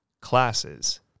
classes